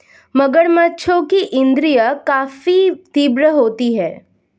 मगरमच्छों की इंद्रियाँ काफी तीव्र होती हैं